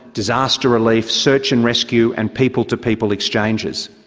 disaster relief, search and rescue, and people-to-people exchanges.